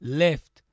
left